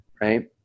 Right